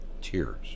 tears